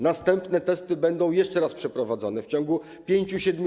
Następne testy będą jeszcze raz przeprowadzone w ciągu 5–7 dni.